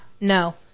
no